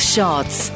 Shots